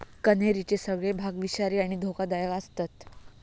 कण्हेरीचे सगळे भाग विषारी आणि धोकादायक आसतत